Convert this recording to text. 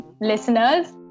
listeners